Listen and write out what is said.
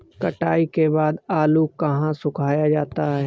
कटाई के बाद आलू को कहाँ सुखाया जाता है?